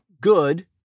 good